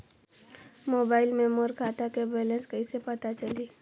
Mobile मे मोर खाता के बैलेंस कइसे पता चलही?